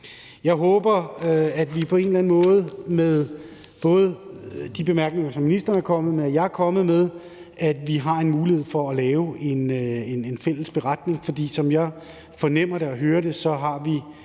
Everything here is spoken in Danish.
Jeg håber, at vi på en eller anden måde, både med de bemærkninger, som ministeren er kommet med og jeg er kommet med, har en mulighed for at lave en fælles beretning. For som jeg fornemmer det og hører det, har vi